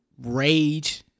rage